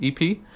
EP